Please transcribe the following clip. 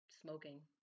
smoking